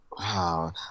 Wow